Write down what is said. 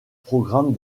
programme